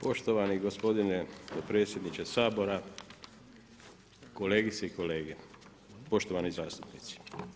Poštovani gospodine predsjedniče Sabora, kolegice i kolege, poštovani zastupnici.